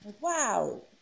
Wow